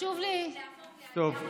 יכולה להפוך לעלייה בפועל.